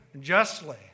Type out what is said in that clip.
justly